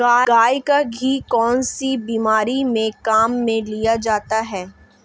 गाय का घी कौनसी बीमारी में काम में लिया जाता है?